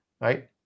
right